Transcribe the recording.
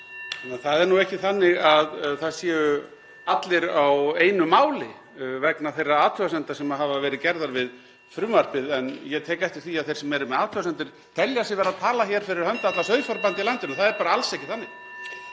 það er ekki þannig að það séu allir á einu máli vegna þeirra athugasemda sem hafa verið gerðar við frumvarpið. Ég tek eftir því að þeir sem eru með athugasemdir telja sig vera að tala hér fyrir hönd allra (Forseti hringir.) sauðfjárbænda í landinu og það er bara alls ekki þannig.